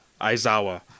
Aizawa